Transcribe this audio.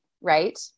right